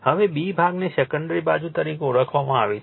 હવે B ભાગને secondary બાજુ તરીકે ઓળખવામાં આવે છે